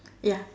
ya